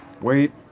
Wait